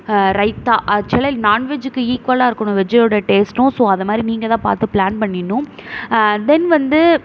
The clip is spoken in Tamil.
ரைத்தா ஆக்ஷுவலி நான்வெஜ்ஜிக்கு ஈக்குவலாக இருக்கணும் வெஜ்ஜியோட டேஸ்ட்டும் ஸோ அது மாதிரி நீங்கள் தான் பாத்து பிளான் பண்ணிடணும் தென் வந்து